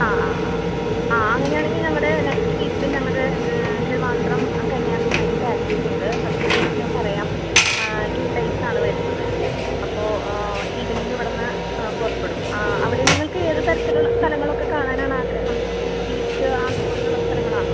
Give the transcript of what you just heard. ആ ആ ആ ആ അങ്ങനയാണെങ്കിൽ ഞങ്ങളുടെ നെക്സ്റ്റ് വീക്കിൽ ഞങ്ങളുടെ ട്രിവാൻഡ്രം കന്യാകുമാരി പാക്കേജുണ്ട് അതിനെക്കുറിച്ച് ഞാൻ പറയാം ടു ഡേയ്സ് ആണ് വരുന്നത് അപ്പോൾ ഈവനിങ് ഇവിടുന്ന് പുറപ്പെടും അവിടെ നിങ്ങൾക്ക് ഏത് തരത്തിലുള്ള സ്ഥലങ്ങളൊക്കെ കാണാനാണ് ആഗ്രഹം ബീച്ച് അത് പോലുള്ള സ്ഥലങ്ങളാണോ